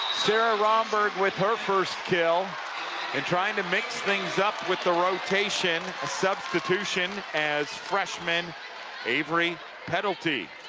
sara rhomberg with her first kill and trying to mix things up with the rotation, a substitution as freshman avarie pedelty,